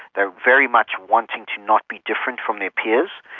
they're very much wanting to not be different from their peers.